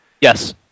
Yes